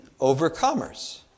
overcomers